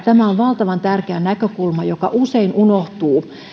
tämä on valtavan tärkeä näkökulma joka usein unohtuu